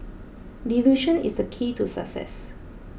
delusion is the key to success